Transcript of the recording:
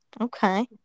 Okay